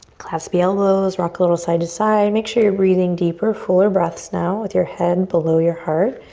clasp the elbows. rock a little side to side. make sure you're breathing deeper. four breaths now with your head below your heart.